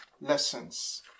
lessons